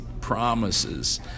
promises